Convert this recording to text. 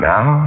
Now